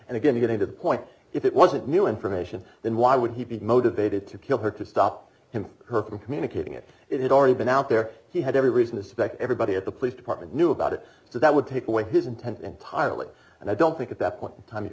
and again to getting to the point if it wasn't new information then why would he be motivated to kill her to stop him her from communicating it it had already been out there he had every reason to suspect everybody at the police department knew about it so that would take away his intent entirely and i don't think at that point in time you